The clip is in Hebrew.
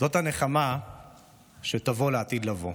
זאת הנחמה שתבוא לעתיד לבוא.